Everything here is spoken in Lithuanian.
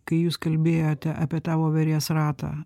kai jūs kalbėjote apie tą voverės ratą